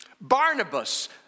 Barnabas